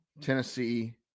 Tennessee